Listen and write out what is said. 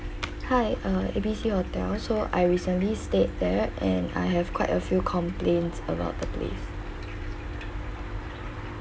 hi uh A_B_C hotel so I recently stayed there and I have quite a few complains about the place